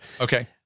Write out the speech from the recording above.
Okay